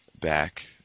back